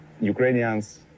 Ukrainians